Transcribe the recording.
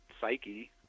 psyche